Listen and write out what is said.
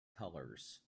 colors